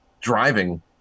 driving